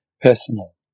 Personal